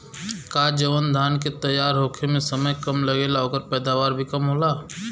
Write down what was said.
का जवन धान के तैयार होखे में समय कम लागेला ओकर पैदवार भी कम होला?